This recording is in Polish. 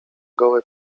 gołe